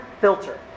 filter